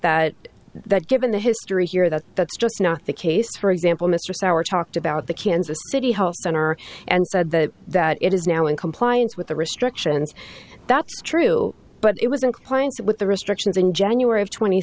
that that given the history here that that's just not the case for example mr sauer talked about the kansas city hall center and said that that it is now in compliance with the restrictions that's true but it wasn't playing with the restrictions in january of tw